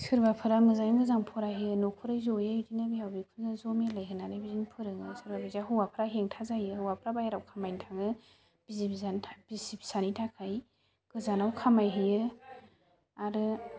सोरबाफोरा मोजाङै मोजां फरायहोयो न'खरै जयै बिदिनो बिहाव बिखुनजो ज' मिलायहोनानै बिदिनो फोरोङो सोरबा बायदिया हौवाफ्रा हेंथा जायो हौवाफोरा बाहेरायाव खामायनो थाङो बिसि फिसानि थाखाय गोजानाव खामाय हैयो आरो